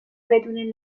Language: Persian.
بدون